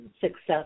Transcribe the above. success